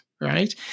right